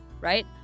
Right